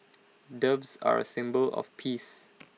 doves are A symbol of peace